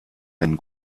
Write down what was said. einen